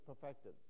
perfected